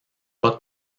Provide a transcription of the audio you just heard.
pas